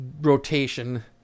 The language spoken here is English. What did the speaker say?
rotation